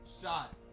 shot